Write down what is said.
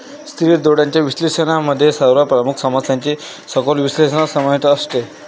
स्थिर डोळ्यांच्या विश्लेषणामध्ये सर्व प्रमुख समस्यांचे सखोल विश्लेषण समाविष्ट असते